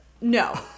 No